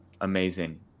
Amazing